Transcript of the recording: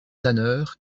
tanneur